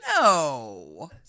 No